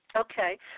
Okay